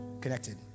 connected